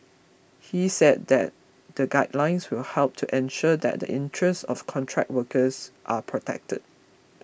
he said that the guidelines will help to ensure that the interests of contract workers are protected